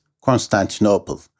Constantinople